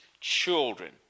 children